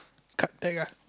card take ah